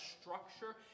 structure